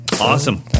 Awesome